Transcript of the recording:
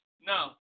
No